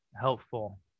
helpful